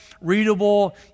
readable